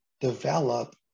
develop